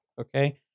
Okay